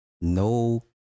No